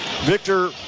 Victor